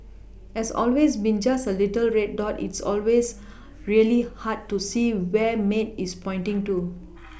as always being just a little red dot it's always really hard to see where maid is pointing to